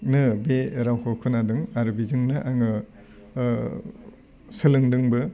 नो बे रावखौ खोनादों आरो बेजोंनो आङो सोलोंदोंबो